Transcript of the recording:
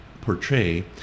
portray